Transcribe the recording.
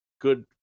good